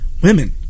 women